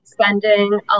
spending